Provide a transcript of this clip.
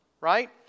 right